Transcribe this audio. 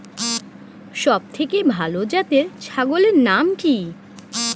সবথেকে ভালো জাতের ছাগলের নাম কি?